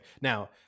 now